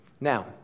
Now